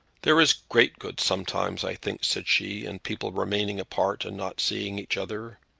there is great good sometimes i think, said she, in people remaining apart and not seeing each other.